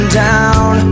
down